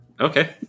Okay